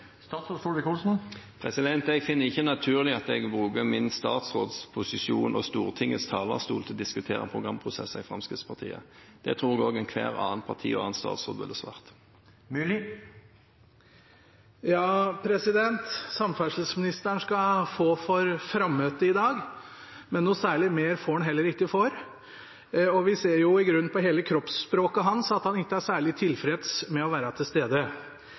Jeg finner det ikke naturlig at jeg bruker min statsrådsposisjon og Stortingets talerstol til å diskutere programprosesser i Fremskrittspartiet. Det tror jeg også ethvert annet parti og enhver annen statsråd ville svart. Samferdselsministeren skal få for frammøtet i dag, men noe særlig mer får han heller ikke for. Vi ser i grunnen på hele kroppsspråket hans at han ikke er særlig tilfreds med å være til stede.